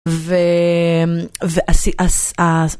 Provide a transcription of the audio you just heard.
ו... ועשי... עש... אה...